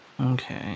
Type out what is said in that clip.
Okay